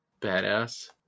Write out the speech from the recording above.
badass